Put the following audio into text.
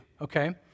okay